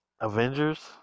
Avengers